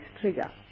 trigger